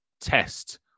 test